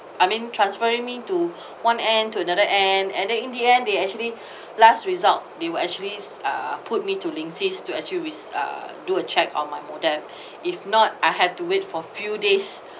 I mean transferring me to one end to another end then in the end they actually last result they will actually is uh put me to linksys to actually with uh do a check on my modem if not I have to wait for few days